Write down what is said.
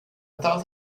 thought